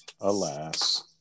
alas